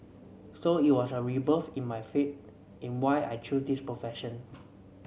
so it was a rebirth in my faith in why I chose this profession